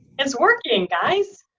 it's working guys.